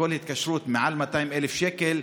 שכל התקשרות מעל 200,000 שקל,